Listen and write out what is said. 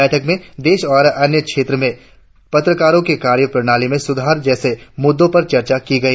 बैठक में देश और अन्य क्षेत्रो में पत्रकारो के कार्य प्रणाली में सुधार जैसे मुद्दो पर चर्चा की गई